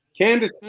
Candice